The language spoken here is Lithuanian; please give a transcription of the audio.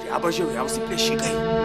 dreba žiauriausi plėšikai